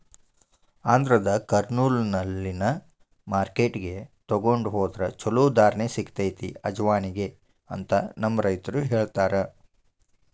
ಆಂಧ್ರದ ಕರ್ನೂಲ್ನಲ್ಲಿನ ಮಾರ್ಕೆಟ್ಗೆ ತೊಗೊಂಡ ಹೊದ್ರ ಚಲೋ ಧಾರಣೆ ಸಿಗತೈತಿ ಅಜವಾನಿಗೆ ಅಂತ ನಮ್ಮ ರೈತರು ಹೇಳತಾರ